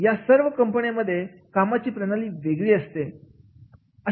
या सर्व कंपनीमध्ये कामाची प्रणाली वेगवेगळे असते